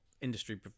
industry